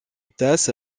tas